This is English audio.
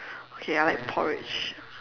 okay I like porridge